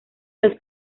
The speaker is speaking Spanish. los